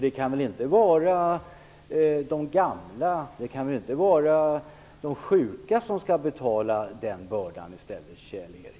Det kan inte vara de gamla och sjuka som skall bära den bördan, Kjell Ericsson?